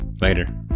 Later